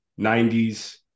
90s